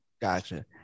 Gotcha